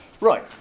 Right